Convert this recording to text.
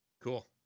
cool